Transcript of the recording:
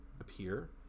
appear